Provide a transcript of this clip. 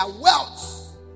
wealth